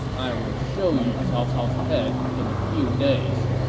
i will show you cao cao's head in a few days!